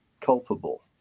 culpable